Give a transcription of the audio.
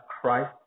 Christ